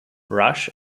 rush